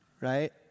right